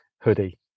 hoodie